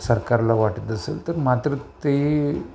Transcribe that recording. सरकारला वाटत असेल तर मात्र ते